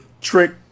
trick